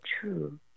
true